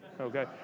Okay